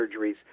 surgeries